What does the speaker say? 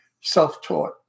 self-taught